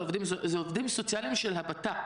אלה עובדים סוציאליים של הבט"פ.